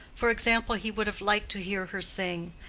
for example, he would have liked to hear her sing,